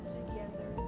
together